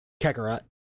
Kakarot